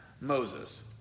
Moses